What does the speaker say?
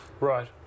Right